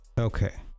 okay